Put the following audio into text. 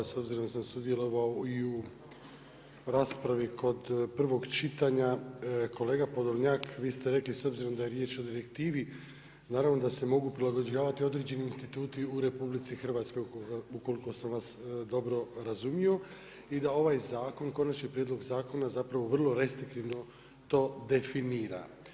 S obzirom da sam sudjelovao i u raspravi kod prvog čitanja, kolega Podolnjak, vi ste rekli s obzirom da je riječ o direktivi, naravno da se mogu prilagođavati određeni instituti u RH ukoliko sam vas dobro razumio i da ovaj zakon, konačni prijedlog zakona zapravo vrlo restriktivno to definira.